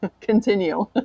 Continue